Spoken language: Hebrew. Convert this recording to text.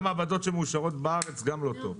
גם מעבדות שמאושרות בארץ, גם לא טוב.